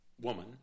Woman